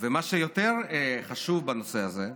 מה שיותר חשוב בנושא הזה,